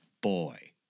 boy